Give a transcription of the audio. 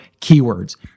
keywords